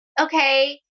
okay